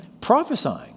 prophesying